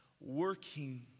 working